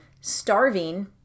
starving